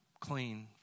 clean